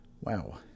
Wow